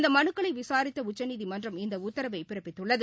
இந்தமனுக்களைவிசாரித்தஉச்சநீதிமன்றம் இந்தஉத்தரவைபிறப்பித்துள்ளது